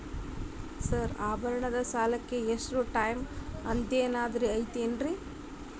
Sir ಆಭರಣದ ಸಾಲಕ್ಕೆ ಇಷ್ಟೇ ಟೈಮ್ ಅಂತೆನಾದ್ರಿ ಐತೇನ್ರೇ?